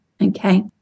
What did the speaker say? Okay